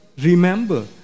remember